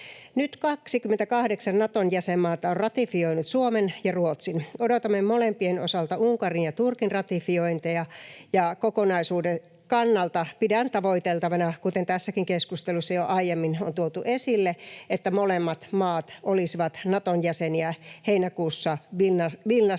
Nyt 28 Naton jäsenmaata on ratifioinut Suomen ja Ruotsin. Odotamme molempien osalta Unkarin ja Turkin ratifiointeja, ja kokonaisuuden kannalta pidän tavoiteltavana, kuten tässäkin keskustelussa jo aiemmin on tuotu esille, että molemmat maat olisivat Naton jäseniä heinäkuussa Vilnassa